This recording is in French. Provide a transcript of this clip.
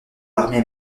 l’armée